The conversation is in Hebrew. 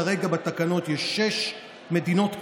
כרגע בתקנות יש שש מדינות כאלה,